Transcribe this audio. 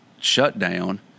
shutdown